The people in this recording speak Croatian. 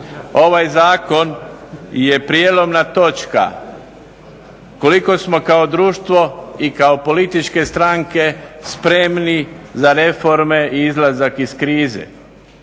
Ovaj zakon je prijelomna točka koliko smo kao društvo i kao političke stranke spremni za reforme i izlazak iz krize.